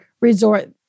resort